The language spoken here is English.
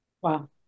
Wow